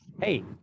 Hey